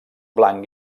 blanc